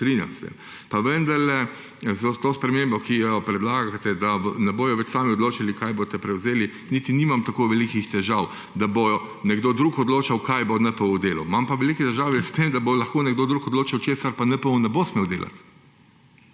se strinjam s tem. Pa vendarle s to spremembo, ki jo predlagate, da ne bodo več sami odločali, kaj boste prevzeli, niti nimam tako velikih težav, da bo nekdo drug odločal, kaj bo NPU delal. Imam pa velike težave s tem, da bo lahko nekdo drug odloča, česa pa NPU ne bo smel delati.